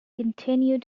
continued